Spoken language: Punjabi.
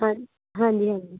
ਹਾਂਜੀ ਹਾਂਜੀ ਹਾਂਜੀ